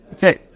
Okay